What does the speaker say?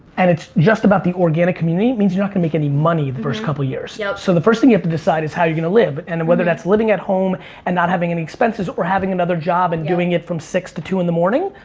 and it's just about the organic community, it means you're not gonna make any money the first couple years. yeah so the first thing you have to decide is how you're gonna live and and whether that's living at home and not having any expenses or having another job and doing it from six to two in the morning.